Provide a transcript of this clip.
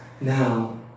Now